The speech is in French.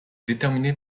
déterminé